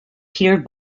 peter